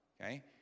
okay